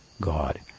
God